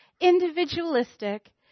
individualistic